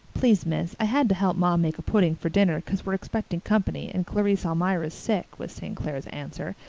please, miss, i had to help ma make a pudding for dinner cause we're expecting company and clarice almira's sick, was st. clair's answer,